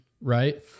Right